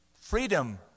freedom